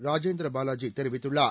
ராஜேந்திர பாலாஜி தெரிவித்துள்ளார்